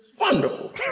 wonderful